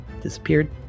disappeared